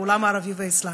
בעולם הערבי והאסלאמי.